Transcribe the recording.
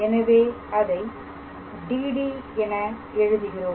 எனவே அதை DD என எழுதுகிறோம்